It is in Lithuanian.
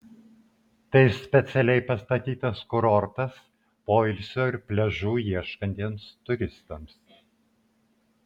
tai specialiai pastatytas kurortas poilsio ir pliažų ieškantiems turistams